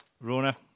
Rona